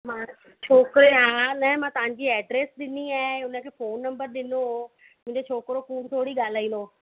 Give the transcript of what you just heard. मां छोकिरे आ न मां तव्हांजी एड्रेस ॾिनी आहे उनखे फ़ोन नंबर ॾिनो मुंहिंजो छोकिरो कूड़ थोरी ॻाल्हाईंदो